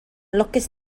lwcus